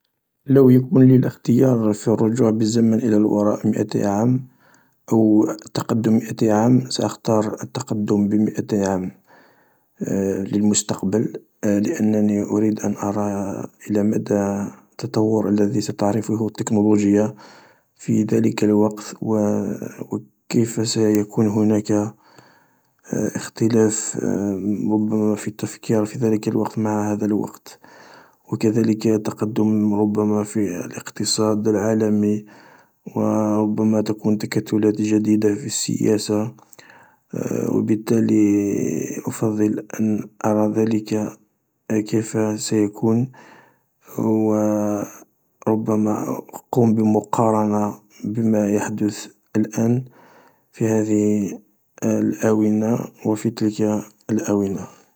لو يكون لي الاختيارفي الرجوع بالزمن الى الوراء مئتي عام أو التقدم بمئتي عام سأختار التقدم بمئتي عام للمستقبل لأنني أريد ما مدى التطور الذي تعرفه التكنولوجيا في ذلك الوقت و كيف سيكون هناك اختلاف ربما في التفكير في ذلك الوقت مع هذا الوقت و كذلك التقدم ربما في الاقتصاد العالمي و ربما تكون تكتلات جديدة في السياسة و بالتالي أفضل أن ارى ذلك كيف سيكون و ربما أقوم بمقارنة بما يحدث الآن في هذه الآونة و في تلك الآونة.